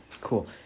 Cool